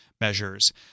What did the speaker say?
measures